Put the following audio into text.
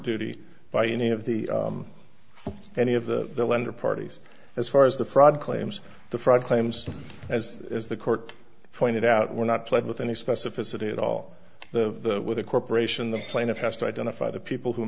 duty by any of the any of the lender parties as far as the fraud claims the fraud claims as is the court pointed out were not played with any specificity at all the with the corporation the plaintiff has to identify the people who